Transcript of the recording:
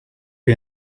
you